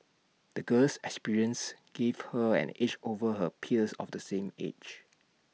the girl's experiences gave her an edge over her peers of the same age